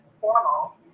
formal